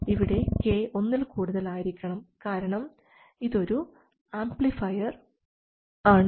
ഇവിടെ k ഒന്നിൽ കൂടുതൽ ആയിരിക്കണം കാരണം ഇത് ഒരു ആംപ്ലിഫയർ ആണ്